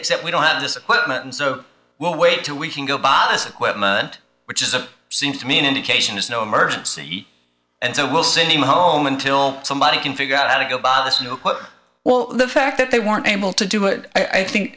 except we don't have this equipment and so we'll wait till we can go bob this equipment which is a seems to me an indication of snow emergency and so we'll send him home until somebody can figure out how to go buy this new well the fact that they weren't able to do it i think